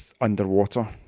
underwater